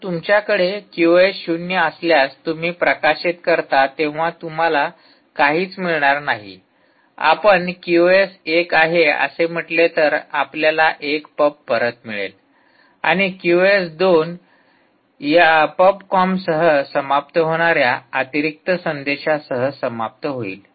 जर तुमच्याकडे क्यूओस शून्य असल्यास तुम्ही प्रकाशित करता तेव्हा तुम्हाला काहीच मिळणार नाही आपण क्यूओस एक आहे असे म्हटले तर आपल्याला एक पब परत मिळेल आणि क्यूओस दोन पब कॉम्पसह समाप्त होणार्या अतिरिक्त संदेशांसह समाप्त होईल